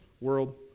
world